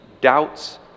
doubts